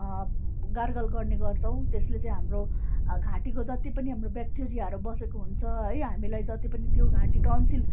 gargle गर्ने गर्छौँ त्यसले चाहिँ हाम्रो घाँटीको जति पनि हाम्रो बेक्टेरियाहरू बसेको हुन्छ है हामीलाई जति पनि त्यो घाँटी टनसिल